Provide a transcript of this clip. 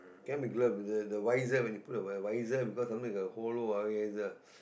cannot be gloves is it the visor when you put the visor cause something is hollow ah visor